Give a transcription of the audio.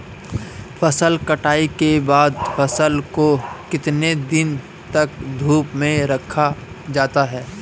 फसल कटाई के बाद फ़सल को कितने दिन तक धूप में रखा जाता है?